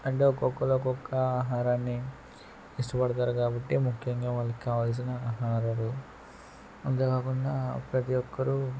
అంటే ఒక్కొక్కలు ఒక్కొక్క ఆహారాన్ని ఇష్టపడతారు కాబట్టి ముఖ్యంగా వాళ్లకు కావాల్సిన ఆహారాలు అంతే కాకుండా ప్రతి ఒక్కరు